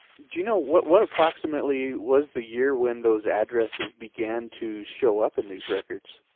do you know what what approximately was the year when those addresses began to show up in these records?